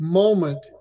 moment